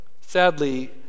Sadly